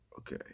Okay